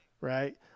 Right